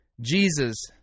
Jesus